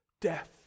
death